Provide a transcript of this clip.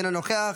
אינו נוכח,